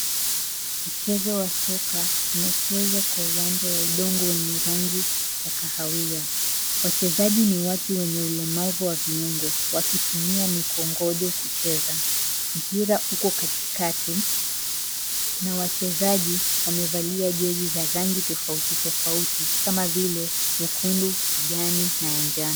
Mchezo wa soka unachezwa kwa uwanja wa udongo wenye rangi ya kahawia. Wachezaji ni watu wenye ulemavu wa viungo wakitumia mikongojo kucheza. Mpira uko katikati na wachezaji wamevalia jezi za rangi tofauti tofauti kama vile nyekundu, kijani na ya njano.